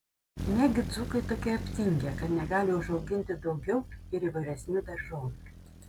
negi dzūkai tokie aptingę kad negali užauginti daugiau ir įvairesnių daržovių